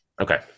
okay